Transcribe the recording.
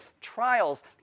trials